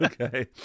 Okay